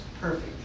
perfect